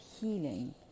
healing